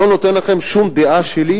לא נותן לכם שום דעה שלי,